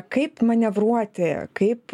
kaip manevruoti kaip